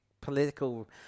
political